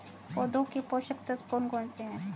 पौधों के पोषक तत्व कौन कौन से हैं?